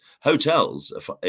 Hotels